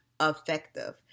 effective